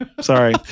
Sorry